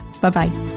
Bye-bye